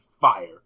fire